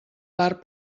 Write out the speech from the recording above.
part